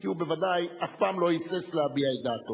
כי הוא בוודאי אף פעם לא היסס להביע את דעתו.